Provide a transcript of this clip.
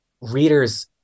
readers